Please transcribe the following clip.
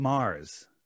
Mars